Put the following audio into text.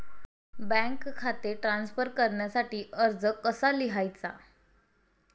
Bank खाते transfer करण्यासाठी अर्ज कसा लिहायचा?